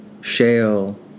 shale